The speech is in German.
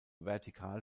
vertikal